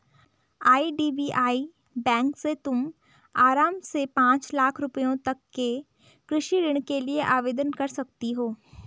IDBI bank से तुम आराम से पाँच लाख रुपयों तक के कृषि ऋण के लिए आवेदन कर सकती हो